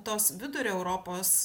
tos vidurio europos